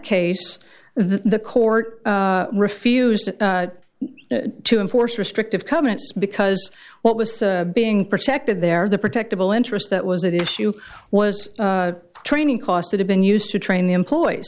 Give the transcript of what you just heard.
case the court refused to enforce restrictive covenants because what was being protected there the protectable interest that was that issue was training costs that have been used to train the employees